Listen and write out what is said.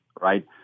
right